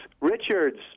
Richards